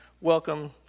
welcome